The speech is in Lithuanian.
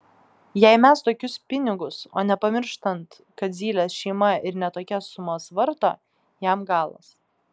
jei mes tokius pinigus o nepamirštant kad zylės šeima ir ne tokias sumas varto jam galas